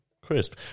crisp